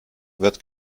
wird